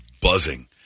buzzing